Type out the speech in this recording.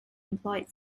employed